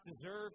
deserve